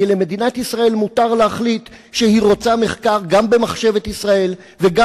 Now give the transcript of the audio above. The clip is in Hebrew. כי למדינת ישראל מותר להחליט שהיא רוצה מחקר גם במחשבת ישראל וגם